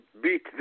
beat